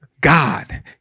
God